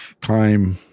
time